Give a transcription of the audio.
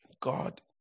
God